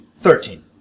thirteen